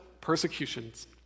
persecutions